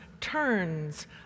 turns